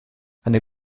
eine